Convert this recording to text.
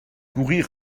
courir